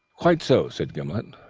quite so, said gimblet.